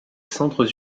centres